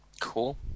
Cool